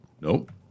Nope